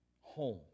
home